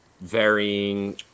varying